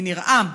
מניר עם,